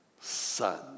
son